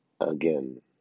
again